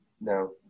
No